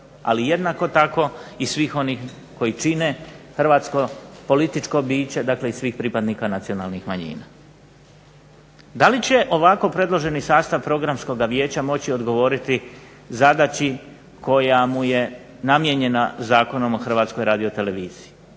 ali jednako tako i svih onih koji čine hrvatsko političko biće i svih pripadnika nacionalnih manjina. Da li će ovako predloženi sastav Programskog vijeća moći odgovoriti zadaći koja mu je namijenjena Zakonom o Hrvatskoj radioteleviziji.